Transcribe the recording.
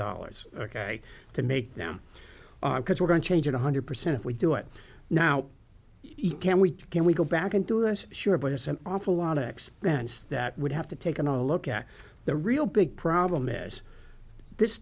dollars ok to make them because we're going to change it one hundred percent if we do it now you can we can we go back and do it sure but it's an awful lot of expense that would have to take a look at the real big problem as this